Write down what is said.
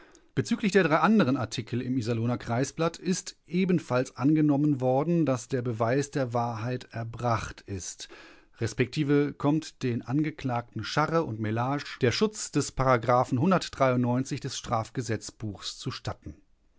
bezüglich der drei anderen artikel im iserlohner kreisblatt ist ebenfalls angenommen worden daß der beweis der wahrheit erbracht ist resp kommt den angeklagten scharre und mellage der schutz des des strafgesetzbuchs zustatten